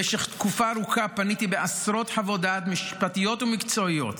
במשך תקופה ארוכה פניתי בעשרות חוות דעת משפטיות ומקצועיות